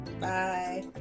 Bye